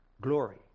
glory